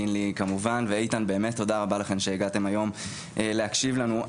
קינלי כמובן ואיתן באמת תודה רבה לכם שהגעתם היום להקשיב לנו.